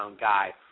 guy